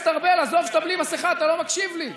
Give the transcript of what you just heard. עזוב שאתה בלי מסכה, אתה לא מקשיב לי,